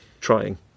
trying